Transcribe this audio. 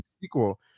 sequel